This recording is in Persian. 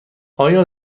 آیا